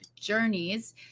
journeys